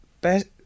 best